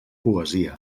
poesia